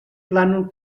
plànol